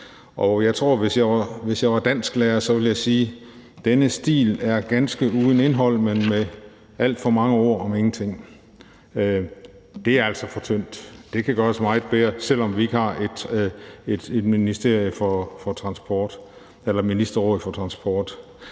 Og jeg tror, at hvis jeg var dansklærer, ville jeg sige: Denne stil er ganske uden indhold, men med alt for mange ord om ingenting. Det er altså for tyndt. Det kan gøres meget bedre, selv om vi ikke har et ministerråd for transport.